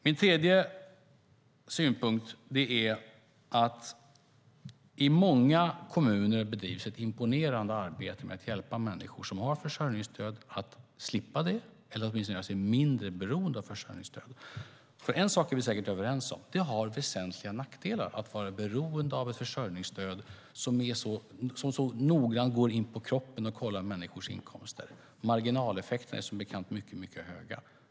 Min tredje synpunkt är att det i många kommuner bedrivs ett imponerande arbete med att hjälpa människor som har försörjningsstöd att slippa det eller åtminstone göra sig mindre beroende av det. En sak är vi säkert överens om: Det har väsentliga nackdelar att vara beroende av ett försörjningsstöd som så noggrant går in på kroppen och kollar människors inkomster. Marginaleffekterna är som bekant mycket höga.